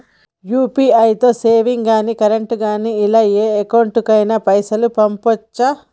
UPI తో savings గాని current గాని ఇలా ఏ అకౌంట్ కైనా పైసల్ పంపొచ్చా?